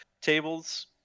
tables